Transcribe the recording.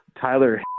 Tyler